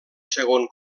segon